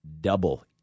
double